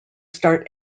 start